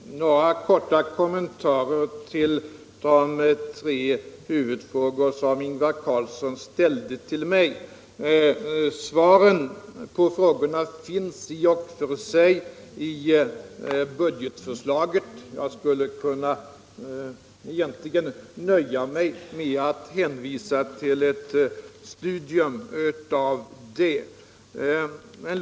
Herr talman! Några korta kommentarer till de tre huvudfrågor som Ingvar Carlsson ställde till mig. Svaren på frågorna finns i och för sig i budgetförslaget, och jag skulle därför egentligen kunna nöja mig med att hänvisa till ett studium av det.